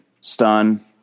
Stun